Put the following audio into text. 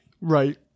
Right